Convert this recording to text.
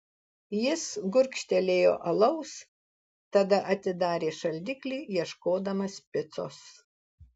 jis gurkštelėjo alaus tada atidarė šaldiklį ieškodamas picos